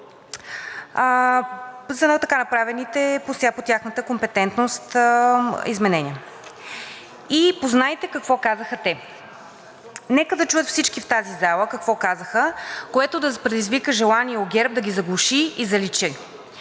за така направените по тяхната компетентност изменения и познайте какво казаха те. Нека да чуят всички в тази зала какво казаха, което да предизвика желание у ГЕРБ да ги заглуши и заличи.